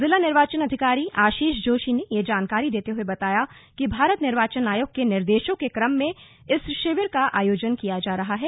ज़िला निर्वाचन अधिकारी आशीष जोशी ने यह जानकारी देते हए बताया कि भारत निर्वाचन आयोग के निर्देशों के क्रम में इस शिविर का आयोजन किया जा रहा है